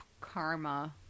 karma